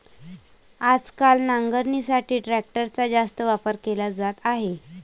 आजकाल नांगरणीसाठी ट्रॅक्टरचा जास्त वापर केला जात आहे